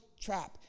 trap